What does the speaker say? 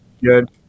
Good